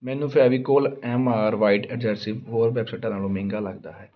ਮੈਨੂੰ Fevicol M R white adhesive ਹੋਰ ਵੈੱਬਸਾਈਟਾਂ ਨਾਲੋਂ ਮਹਿੰਗਾ ਲੱਗਦਾ ਹੈ